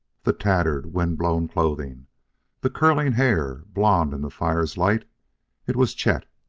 the tattered, wind-blown clothing the curling hair, blond in the fire's light it was chet.